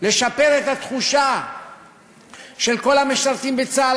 לשפר את התחושה של כל המשרתים בצה"ל.